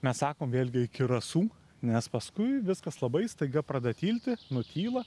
mes sakom vėlgi iki rasų nes paskui viskas labai staiga pradeda tilti nutyla